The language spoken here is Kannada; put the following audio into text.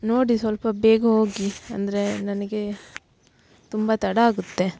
ನೋಡಿ ಸ್ವಲ್ಪ ಬೇಗ ಹೋಗಿ ಅಂದರೆ ನನಗೆ ತುಂಬ ತಡ ಆಗುತ್ತೆ